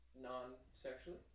non-sexually